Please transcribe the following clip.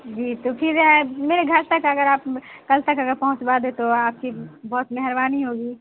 جی تو پھر میرے گھر تک اگر آپ کل تک اگر پہنچوا دیں تو آپ کی بہت مہربانی ہوگی